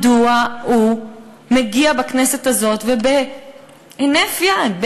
מדוע הוא מגיע לכנסת הזאת ובהינף יד,